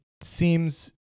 seems